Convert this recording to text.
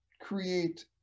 create